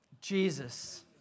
Jesus